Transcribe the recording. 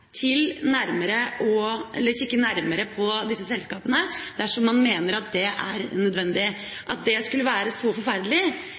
kikke nærmere på disse selskapene dersom man mener at det er